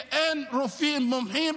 כי אין רופאים מומחים.